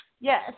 Yes